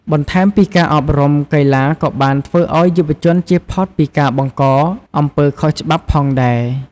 បន្ថែមពីការអប់រំ កីឡាក៏បានធ្វើឲ្យយុវជនជៀសផុតពីការបង្កអំពើខុសច្បាប់ផងដែរ។